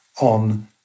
on